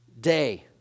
day